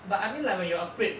but I mean like when you're afraid